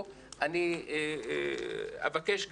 אני אסתפק בזה,